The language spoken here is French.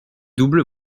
double